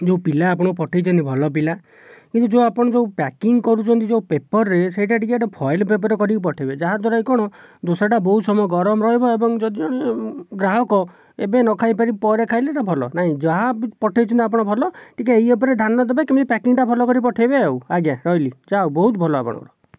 ଯେଉଁ ପିଲା ଆପଣ ପଠାଇଛନ୍ତି ଭଲ ପିଲା କିନ୍ତୁ ଯେଉଁ ଆପଣ ଯେଉଁ ପ୍ୟାକିଂ କରୁଛନ୍ତି ଯେଉଁ ପେପରରେ ସେଇଟା ଟିକେ ଏଟେ ଫଏଲ ପେପର କରିକି ପଠାଇବେ ଯାହାଦ୍ଵାରା କି କଣ ଦୋସାଟା ବହୁତ ସମୟ ଗରମ ରହିବ ଏବଂ ଯଦି ଜଣେ ଗ୍ରାହକ ଏବେ ନଖାଇପାରି ପରେ ଖାଇଲେ ହେଟା ଭଲ ନାଇଁ ଯାହା ବି ପଠେଇଛନ୍ତି ଆପଣ ଭଲ ଟିକିଏ ଇଏ ଉପରେ ଧ୍ୟାନ ଦେବେ କିମିତି ପ୍ୟାକିଂଟା ଭଲ କରି ପଠାଇବେ ଆଉ ଆଜ୍ଞା ରହିଲି ଯାହା ହେଉ ବହୁତ ଭଲ ଆପଣଙ୍କର